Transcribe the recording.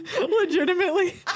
legitimately